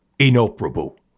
inoperable